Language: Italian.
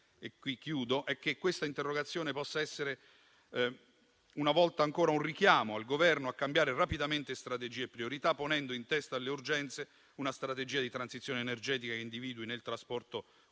conclusione, è che questa interrogazione possa essere una volta ancora un richiamo al Governo a cambiare rapidamente strategie e priorità, ponendo in testa alle urgenze una strategia di transizione energetica che individui nel trasporto